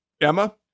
Emma